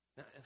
Now